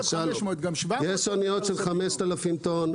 יש אניות של 5,000 טון,